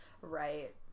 right